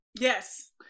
Yes